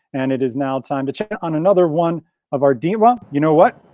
and it is now time to check on another one of our dean. um you know what?